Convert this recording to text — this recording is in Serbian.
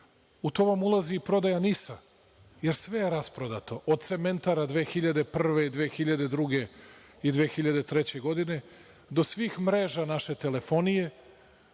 U to vam ulazi i prodaja NIS-a, jer sve je rasprodato, od cementara 2001, 2002. i 2003. godine, do svih mreža naše telefonije,